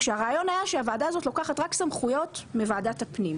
כשהרעיון היה שהוועדה הזאת לוקחת רק סמכויות מוועדת הפנים,